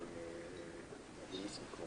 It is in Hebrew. מי נמנע?